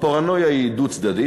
הפרנויה היא דו-צדדית.